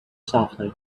softly